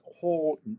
whole